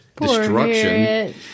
destruction